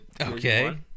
Okay